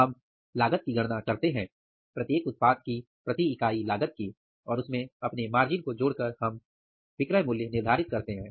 हम लागत की गणना करते हैं प्रत्येक उत्पाद की प्रति इकाई लागत की और उसमे अपने मार्जिन को जोड़कर हम मूल्य निर्धारित करते हैं